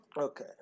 Okay